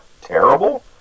terrible